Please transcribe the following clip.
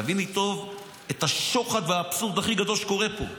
תביני טוב את השוחד והאבסורד הכי גדול שקורה פה.